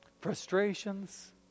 frustrations